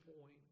point